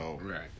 Right